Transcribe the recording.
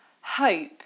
Hope